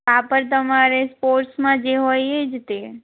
કાપડ તમારે સ્પોર્ટ્સમાં જે હોય એ જ તે